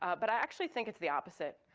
but i actually think it's the opposite.